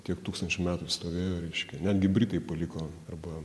tiek tūkstančių metų stovėjo reiškia netgi britai paliko arba